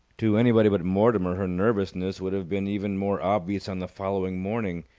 to anybody but mortimer her nervousness would have been even more obvious on the following morning,